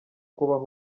kubaha